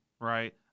Right